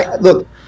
Look